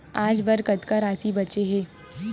आज बर कतका राशि बचे हे?